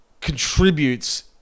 contributes